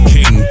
King